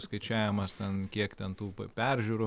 skaičiavimas ten kiek ten tų p peržiūrų